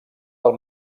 del